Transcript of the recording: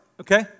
okay